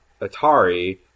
Atari